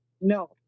No